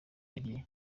yagiye